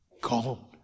Gone